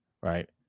Right